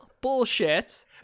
Bullshit